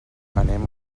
anem